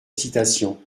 citations